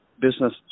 business